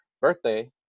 birthday